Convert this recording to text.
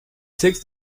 takes